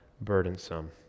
burdensome